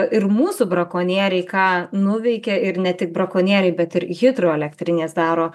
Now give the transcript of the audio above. ir mūsų brakonieriai ką nuveikė ir ne tik brakonieriai bet ir hidroelektrinės daro